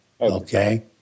Okay